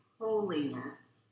holiness